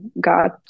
got